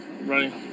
Right